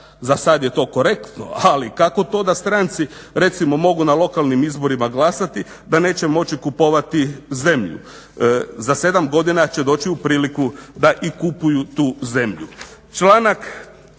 zasad je to korektno ali kako to da stranci recimo mogu na lokalnim izborima glasati, da neće moći kupovati zemlju? Za sedam godina će doći u priliku da i kupuju tu zemlju.